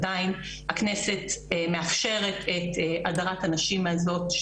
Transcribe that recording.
עדיין הכנסת מאפשרת את הדרת נשים הזאת,